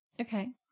Okay